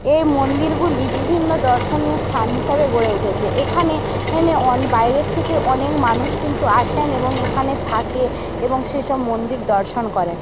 এই মন্দিরগুলি বিভিন্ন দর্শনীয় স্থান হিসাবে গড়ে উঠেছে এখানে এনে অন বাইরের থেকে অনেক মানুষ কিন্তু আসেন এবং এখানে থাকে এবং সে সব মন্দির দর্শন করেন